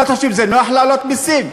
מה אתם חושבים, שזה נוח להעלות מסים?